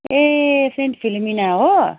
ए सन्त फिलोमिना हो